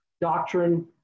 doctrine